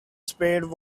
spared